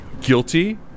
guilty